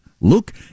Look